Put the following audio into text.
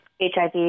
HIV